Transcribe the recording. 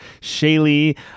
Shaylee